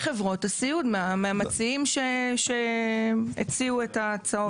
מחברות הסיעוד, מהמציעים שהציעו את ההצעות.